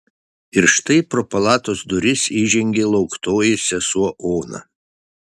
ir štai pro palatos duris įžengė lauktoji sesuo ona